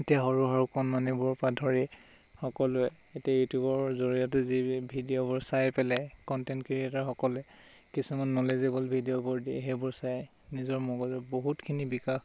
এতিয়া সৰু সৰু কণমানিবোৰৰ পৰা ধৰি সকলোৱে এতিয়া ইউটিউবৰ জৰিয়তে যি ভিডিঅ'বোৰ চাই পেলাই কনটেণ্ট ক্ৰিয়েটৰসকলে কিছুমান নলেজেবুল ভিডিঅ'বোৰ দিয়ে সেইবোৰ চাই নিজৰ মগজুৰ বহুতখিনি বিকাশ